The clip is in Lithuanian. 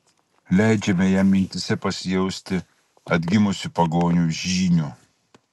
leidžiame jam mintyse pasijausti atgimusiu pagonių žyniu